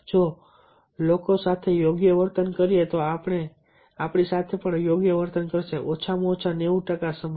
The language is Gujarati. જો આપણે લોકો સાથે યોગ્ય વર્તન કરીએ તો તેઓ આપણી સાથે યોગ્ય વર્તન કરશે ઓછામાં ઓછા 90 ટકા સમય